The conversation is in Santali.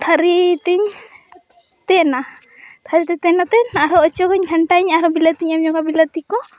ᱛᱷᱟᱹᱨᱤᱛᱤᱧ ᱛᱮᱱᱟ ᱛᱷᱟᱹᱨᱤᱛᱮ ᱛᱮᱱ ᱟᱠᱛᱮᱱ ᱟᱨᱦᱚᱸ ᱚᱪᱚᱜᱟᱹᱧ ᱜᱷᱟᱱᱴᱟᱭᱟᱹᱧ ᱟᱨᱦᱚᱸ ᱵᱤᱞᱟᱹᱛᱤᱧ ᱮᱢᱧᱚᱜᱟ ᱵᱤᱞᱟᱹᱛᱤᱠᱚ